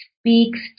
speaks